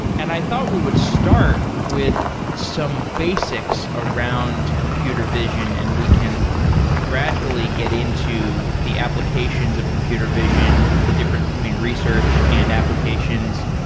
and i thought we would start with some basics around computer vision and we can gradually get into the applications of computer vision, the difference between research and applications.